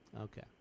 Okay